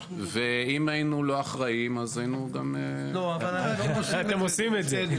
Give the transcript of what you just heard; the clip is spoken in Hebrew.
אם היינו לא אחראים אז היינו גם --- אתם עושים את זה.